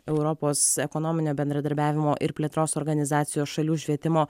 europos ekonominio bendradarbiavimo ir plėtros organizacijos šalių švietimo